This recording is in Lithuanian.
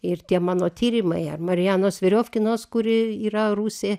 ir tie mano tyrimai ar marianos virofkinos kuri yra rusė